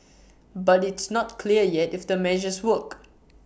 but it's not clear yet if the measures work